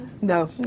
No